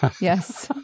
yes